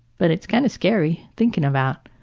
but it's kind of scary thinking about.